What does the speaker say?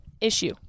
issue